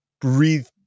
breathe